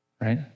Right